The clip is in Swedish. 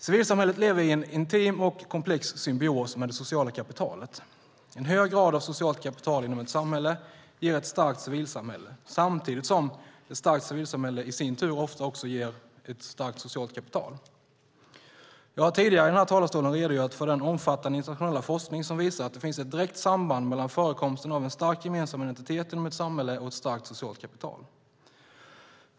Civilsamhället lever i en intim och komplex symbios med det sociala kapitalet. En hög grad av socialt kapital inom ett samhälle ger ett starkt civilsamhälle, samtidigt som ett starkt civilsamhälle i sin tur ofta också ger ett starkt socialt kapital. Jag har tidigare i den här talarstolen redogjort för den omfattande internationella forskning som visar att det finns ett direkt samband mellan förekomsten av en stark gemensam identitet inom ett samhälle och ett starkt socialt kapital.